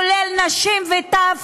כולל נשים וטף,